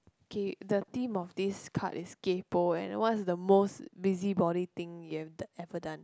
K the theme of this card is kaypo and what's the most busybody thing you have done ever done